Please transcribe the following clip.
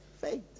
Faith